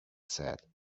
said